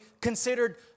considered